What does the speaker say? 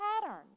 patterns